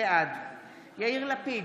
בעד יאיר לפיד,